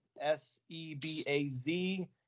s-e-b-a-z